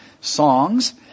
songs